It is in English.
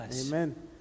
Amen